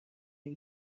این